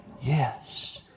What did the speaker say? Yes